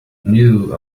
knew